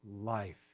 life